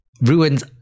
Ruins